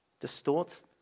distorts